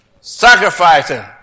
Sacrificing